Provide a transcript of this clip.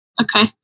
okay